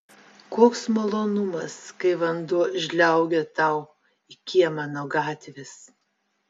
koks malonumas kai vanduo žliaugia tau į kiemą nuo gatvės